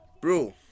bro